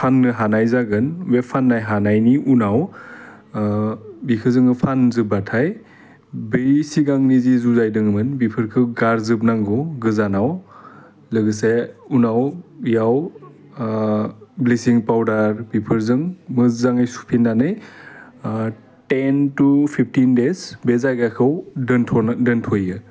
फाननो हानाय जागोन बे फाननाय हानायनि उनाव बिखो जोङो फानजोबबाथाय बै सिगांनि जि जुजाइ दोङोमोन बिफोरखौ गारजोबनांगौ गोजानाव लोगोसे उनाव बेयाव ब्लिसिं पाउदार बिफोरजों मोजाङै सुफिननानै टेन टु फिफटिन देस बे जायगाखौ दोन्थ'नो दोन्थ'यो